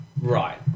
right